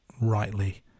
rightly